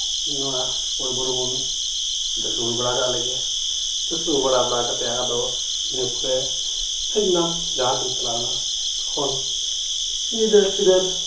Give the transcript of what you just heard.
ᱱᱚᱣᱟ ᱯᱩᱬ ᱵᱩᱨᱩ ᱵᱚᱱ ᱫᱷᱟᱹᱥᱩᱲ ᱵᱟᱲᱟ ᱠᱟᱜ ᱞᱮᱜᱮ ᱫᱷᱟᱹᱥᱩᱲ ᱵᱟᱲᱟ ᱠᱟᱛᱮ ᱟᱫᱚ ᱤᱱᱟᱹ ᱯᱚᱨᱮ ᱦᱮᱡᱱᱟᱢ ᱡᱟᱦᱟᱸ ᱥᱮᱡ ᱪᱟᱞᱟᱣᱮᱱᱟ ᱦᱳᱭ ᱜᱤᱫᱟᱹᱨᱼᱯᱤᱫᱟᱹᱨ